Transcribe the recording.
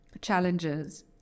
challenges